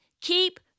keep